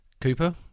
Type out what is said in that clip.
Cooper